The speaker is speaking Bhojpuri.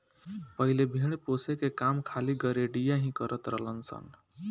पहिले भेड़ पोसे के काम खाली गरेड़िया ही करत रलन सन